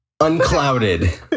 unclouded